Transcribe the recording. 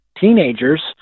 teenagers